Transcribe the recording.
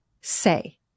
say